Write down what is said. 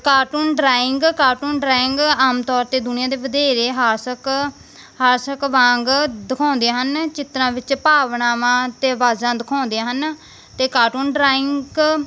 cartoon drawing cartoon drawing ਆਮ ਤੌਰ 'ਤੇ ਦੁਨੀਆਂ ਦੇ ਵਧੇਰੇ ਹਾਸਕ ਹਾਸਕ ਵਾਂਗ ਦਿਖਾਉਂਦੇ ਹਨ ਚਿਤਰਾਂ ਵਿੱਚ ਭਾਵਨਾਵਾਂ ਅਤੇ ਆਵਾਜ਼ਾਂ ਦਿਖਾਉਂਦੇ ਹਨ ਅਤੇ ਕਾਰਟੂਨ ਡਰਾਇੰਕ